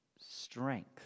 strength